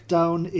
down